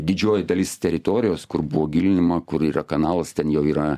didžioji dalis teritorijos kur buvo gilinimo kur yra kanalas ten jau yra